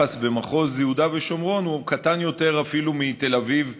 היחס במחוז יהודה ושומרון הוא קטן יותר אפילו מתל אביב וירושלים.